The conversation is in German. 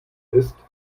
ist